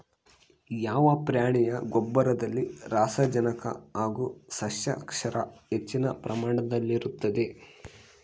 ಯಾವ ಪ್ರಾಣಿಯ ಗೊಬ್ಬರದಲ್ಲಿ ಸಾರಜನಕ ಹಾಗೂ ಸಸ್ಯಕ್ಷಾರ ಹೆಚ್ಚಿನ ಪ್ರಮಾಣದಲ್ಲಿರುತ್ತದೆ?